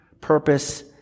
purpose